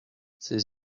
ses